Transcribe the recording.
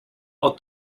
ought